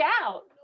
out